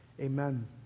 amen